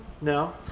No